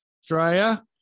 Australia